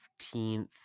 15th